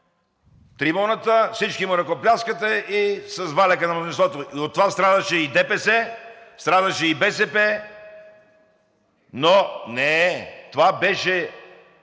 трибуната, всички му ръкопляскате и с валяка на мнозинството… – от това страдаше и ДПС, страдаше и БСП. Но не – това беше